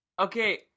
Okay